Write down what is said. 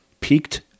peaked